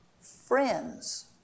friends